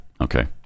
Okay